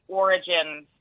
origins